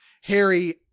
Harry